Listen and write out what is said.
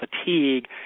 fatigue